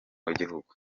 w’igihugu